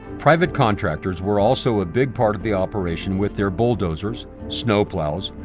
private contractors were also a big part of the operation, with their bulldozers, snowplows,